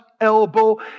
elbow